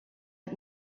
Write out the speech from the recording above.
had